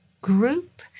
group